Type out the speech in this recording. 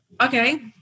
okay